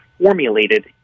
formulated